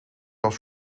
was